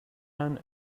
and